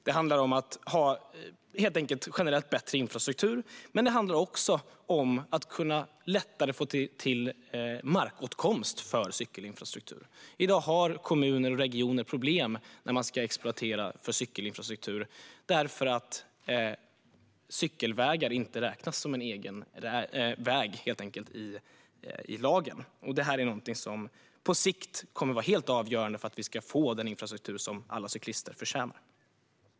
Det handlar om att ha generellt bättre infrastruktur. Men det handlar också om att lättare kunna få till markåtkomst för cykelinfrastruktur. I dag har kommuner och regioner problem när de ska exploatera cykelinfrastruktur därför att cykelvägar inte räknas som en egen väg enlig lagen. Det är någonting som på sikt kommer att vara helt avgörande för att vi ska få den infrastruktur som alla cyklister förtjänar.